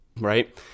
right